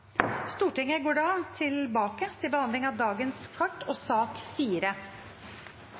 Stortinget. Stortinget går da tilbake til behandling av debatt i sak nr. 4, og